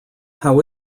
how